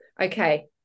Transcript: Okay